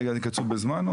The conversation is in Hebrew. רגע אני קצוב בזמן?